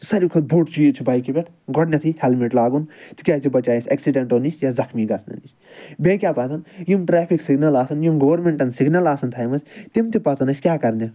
ساروٕے کھۄتہٕ بوٚڑ چیٖز چھُ بایکہِ پٮ۪ٹھ گۄڈٕنیٚتھٕے ہیٚلمِٹ لاگُن تِکیٛاز یہِ بَچایہِ اسہِ ایٚکسِڈیٚنٹو نِش یا زَخمی گژھنہٕ نِش بیٚیہِ کیٛاہ پَزَن یِم ٹرٛیفِک سِگنَل آسَن یِم گوٚرمِنٹَن سِگنَل آسَن تھایمَژٕ تِم تہِ پَزَن اسہِ کیٛاہ کرنہِ